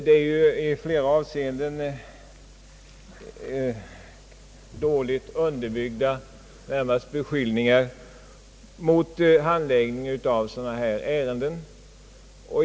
Det är i flera avseenden dåligt underbyggda beskyllningar mot handläggningen av sådana ärenden.